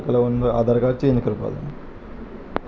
ताका लागून मरे आधार कार्ड चेंज करपा जाय